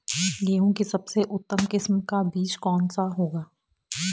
गेहूँ की सबसे उत्तम किस्म का बीज कौन सा होगा?